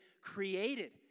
created